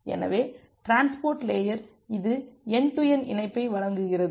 எனவே transport layer இது end to end இணைப்பை வழங்குகிறது